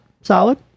solid